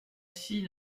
fille